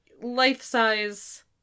life-size